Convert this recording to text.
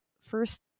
first